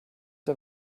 der